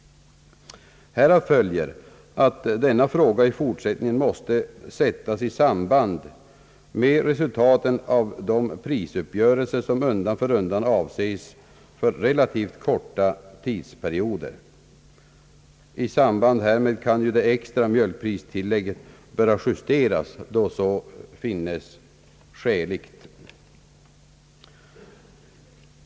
Härav följer att denna fråga i fortsättningen måste sättas i samband med resultaten av de prisuppgörelser, som undan för undan avses för relativt korta tidsperioder. I samband härmed kan ju det extra mjölkpristillägget justeras, då så finnes skäligt.